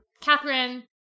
Catherine